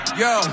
yo